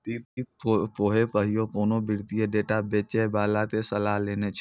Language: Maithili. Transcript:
कि तोहें कहियो कोनो वित्तीय डेटा बेचै बाला के सलाह लेने छो?